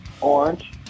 orange